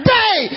day